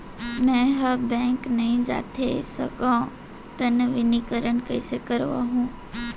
मैं ह बैंक नई जाथे सकंव त नवीनीकरण कइसे करवाहू?